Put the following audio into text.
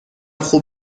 خوب